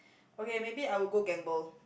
okay maybe I'll go gamble